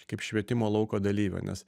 kaip švietimo lauko dalyvio nes